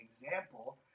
example